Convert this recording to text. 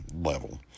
level